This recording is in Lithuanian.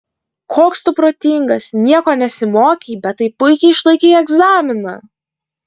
koks tu protingas nieko nesimokei bet taip puikiai išlaikei egzaminą